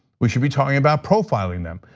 we should be talking about profiling them.